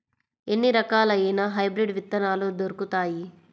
ఎన్ని రకాలయిన హైబ్రిడ్ విత్తనాలు దొరుకుతాయి?